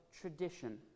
tradition